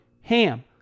HAM